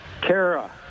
Kara